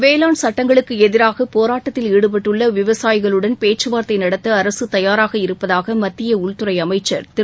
வேளாண் சட்டங்களுக்கு எதிராக போராட்டத்தில் ஈடுபட்டுள்ள விவசாயிகளுடன் பேச்சுவார்த்தை நடத்த அரசு தயாராக இருப்பதாக மத்திய உள்துறை அமைச்சர் திரு